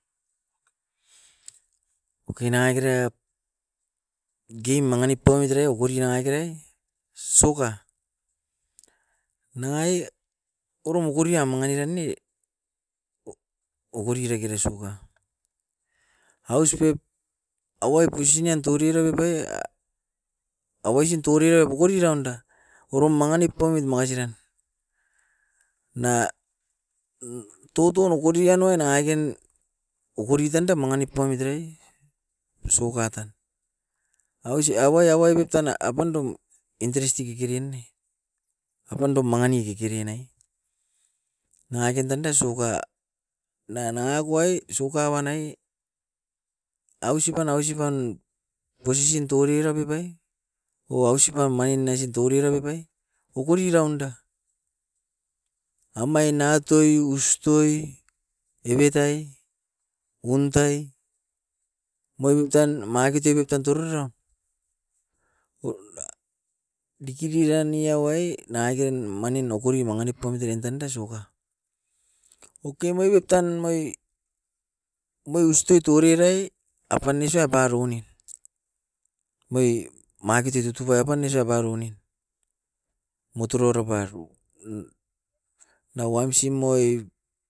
Oke nanga kere game manginip paumit erai okori nangakere soccer, nangake orom okoriam mangan era ne okori rekere soccer. Aus pep awai posinian toirirai pep aia, awaisin toriraun bokori randa, orom manginip paumit makasi nan, na toutoun okodia nanga nangaken okori tanda manginip paumit erai, soccer tan. Ausi, awai awai a pep tan apandu interesti kekeren ne, apandum manginip kekeren nai. Nangaken tanda soccer noa nanga gu-ai soccer wanai ausipan, ausipan position toriran pipai o ausipan maio naisin torira pepai okori raunda. Amain atoi, ustoi, evetai, untai, mai utan makete pep tan torerau, dikidiki rania wai nagaken manin okori manginip paumit eran tande soccer. Oke amai pep tan mai, mai uste torirai apanisua paronin. Moi makete tutupai apan esua baronin, moturora baru na wamsim oi